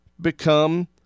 become